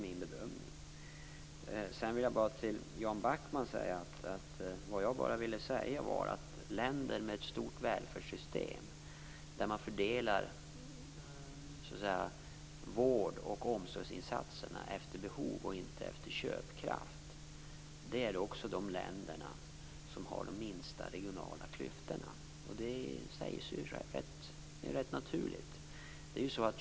Till Jan Backman vill jag bara framhålla att det som jag ville säga var att länder med ett stort välfärdssystem, där man fördelar vård och omsorgsinsatserna efter behov och inte efter köpkraft, också är de länder som har de minsta regionala klyftorna. Det är också rätt naturligt.